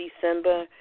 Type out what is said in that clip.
December